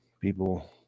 people